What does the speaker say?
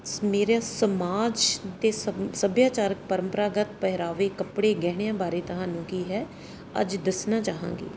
ਮੇਰੇ ਸਮਾਜ ਦੇ ਸਬ ਸੱਭਿਆਚਾਰਕ ਪਰੰਪਰਾਗਤ ਪਹਿਰਾਵੇ ਕੱਪੜੇ ਗਹਿਣਿਆਂ ਬਾਰੇ ਤੁਹਾਨੂੰ ਕੀ ਹੈ ਅੱਜ ਦੱਸਣਾ ਚਾਹਾਂਗੀ